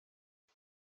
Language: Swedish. jag